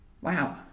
Wow